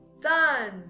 done